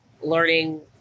learning